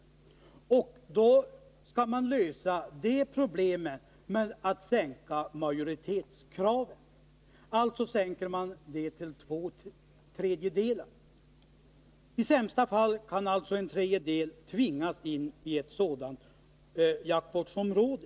Det problemet vill man lösa genom att sänka kravet på majoritet till två tredjedelar. I sämsta fall skulle alltså en tredjedel tvingas in i ett sådant jaktvårdsområde.